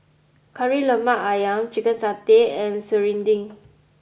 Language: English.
Kari Lemak Ayam Chicken Satay and Serunding